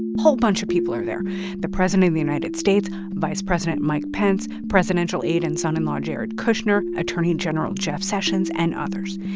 whole bunch of people are there the president of the united states, vice president mike pence, presidential aide and son-in-law jared kushner, attorney general jeff sessions and others.